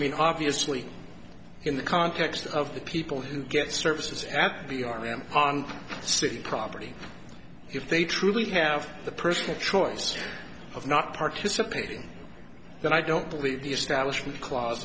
mean obviously in the context of the people who get services at b r and on city property if they truly have the personal choice of not participating but i don't believe the establishment cla